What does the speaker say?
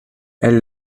elle